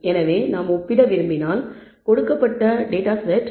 எனவே நாம் ஒப்பிட விரும்பினால் கொடுக்கப்பட்ட டேட்டா செட்